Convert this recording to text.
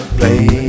play